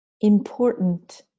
important